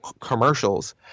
commercials